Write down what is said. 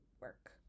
work